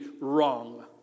wrong